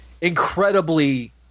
incredibly